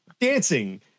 dancing